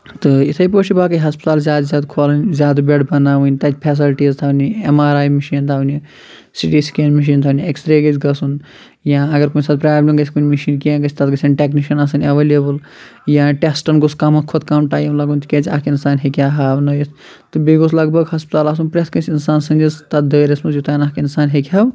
تہٕ یِتھٔے پٲٹھۍ چھِ باقٕے ہَسپتال زیادٕ زیادٕ کھولٕنۍ زیادٕ بیٚڈ بناوٕنۍ تَتہِ فیسَلٹیٖز تھاونہِ ایٚم آر آیۍ مِشیٖن تھاونہِ سی ٹی سِکین مِشیٖن تھاونہِ ایٚکٕسرے گژھہِ گژھُن یا اَگر کُنہِ ساتہٕ پرٛابلِم گژھہِ کُنہِ مِشیٖن کیٚنٛہہ گژھہِ تَتھ گژھیٚن ٹیٚکنِشَن آسٕنۍ ایٚوَلیبٕل یا ٹیسٹَن گوٚھ کم کھۄتہٕ کم ٹایِم لَگُن تِکیٛازِ اَکھ اِنسان ہیٚکہِ ہا ہاوٕنٲیِتھ تہٕ بیٚیہِ گۄژھ لَگ بھگ ہَسپتال آسُن پرٛیٚتھ کانٛسہِ اِنسان سٕنٛدِس تَتھ دٲریرَس منٛز یوٚتن اَکھ اِنسان ہیٚکہِ ہاو